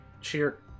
cheer